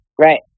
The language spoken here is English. Right